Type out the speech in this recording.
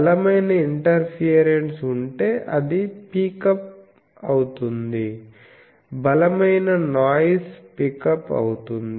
బలమైన ఇంటర్ఫియరెన్స్ ఉంటే అది పిక్ అప్ అవుతుంది బలమైన నాయిస్ పిక్ అప్ అవుతుంది